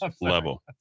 level